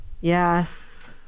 Yes